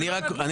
ברשותך,